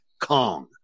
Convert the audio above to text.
kong